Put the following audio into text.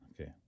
Okay